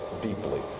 deeply